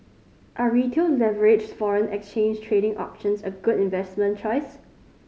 are Retail leveraged foreign exchange trading options a good investment choice